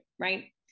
right